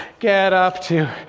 get up two,